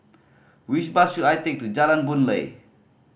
which bus should I take to Jalan Boon Lay